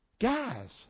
Guys